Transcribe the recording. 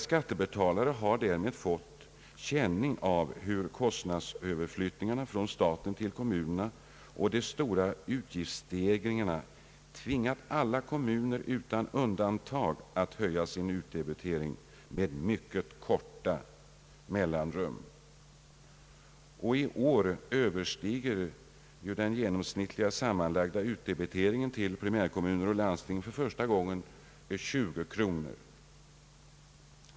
Skattebetalarna i kommunerna har fått känning av kostnadsöverflyttningarna från staten till kommunerna genom att de stora utgiftsstegringarna tvingat nästan alla kommuner utan undantag att höja sin utdebitering med mycket korta mellanrum. I år överstiger den genomsnittliga sammanlagda utdebiteringen till primärkommuner och landsting för första gången 20 kronor.